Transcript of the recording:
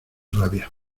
rabia